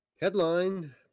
headline